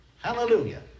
Hallelujah